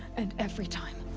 and every time.